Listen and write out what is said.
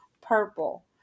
purple